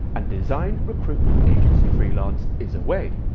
and design recruitment agency freelance is a way.